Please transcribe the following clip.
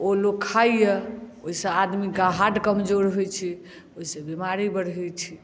ओ लोक खाइया ओहिसँ आदमी के हार्ट कमजोर होइ छै ओहिसँ बीमारी बढ़ै छै